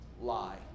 lie